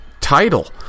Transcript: title